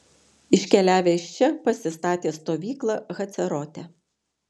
iškeliavę iš čia pasistatė stovyklą hacerote